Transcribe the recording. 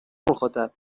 مخاطب